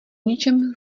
ničem